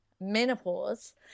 menopause